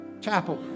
chapel